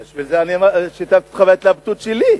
בשביל זה אני שיתפתי אותך בהתלבטות שלי.